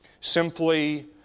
simply